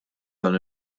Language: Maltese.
dan